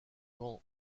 camp